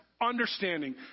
understanding